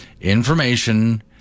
information